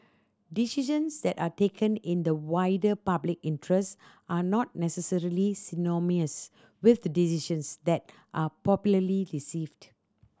decisions that are taken in the wider public interest are not necessarily synonymous with the decisions that are popularly received